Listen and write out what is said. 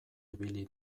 ibili